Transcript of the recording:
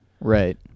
Right